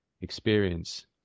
experience